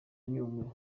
nyungwe